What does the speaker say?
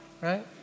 right